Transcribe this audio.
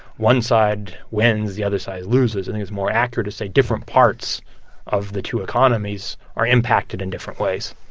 one side wins, the other side loses. i think it's more accurate to say different parts of the two economies are impacted in different ways